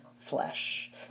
flesh